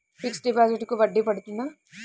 Fixed డిపాజిట్లకు వడ్డీ పడుతుందా?